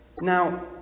Now